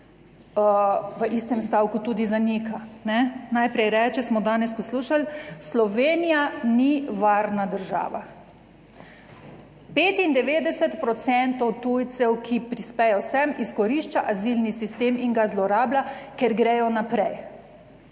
v istem stavku tudi zanika. Najprej reče, smo danes poslušali: "Slovenija ni varna država." 95 % tujcev, ki prispejo sem izkorišča azilni sistem in ga zlorablja, ker gredo naprej.